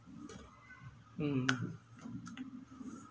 mm